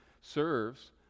serves